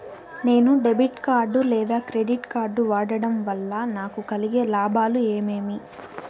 నేను debit card లేదా credit card వాడడం వల్ల నాకు కలిగే లాభాలు ఏమేమీ?